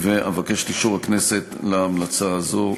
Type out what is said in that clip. אבקש את אישור הכנסת להמלצה זו.